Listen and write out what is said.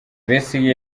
besigye